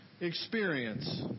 experience